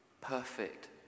perfect